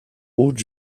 haute